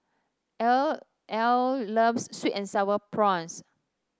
Ell Ell loves sweet and sour prawns